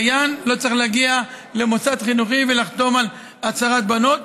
דיין לא צריך להגיע למוסד חינוכי ולחתום על הצהרת בנות.